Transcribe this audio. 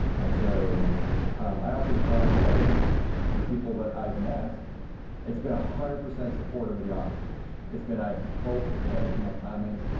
and so i also just wanted to say for the people that i've met it's been one hundred percent supportive of the officers. it's been i hope, if they haven't seen my comments